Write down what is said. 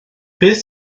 beth